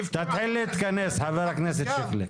תתחיל להתכנס, ח"כ שיקלי.